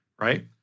right